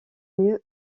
mieux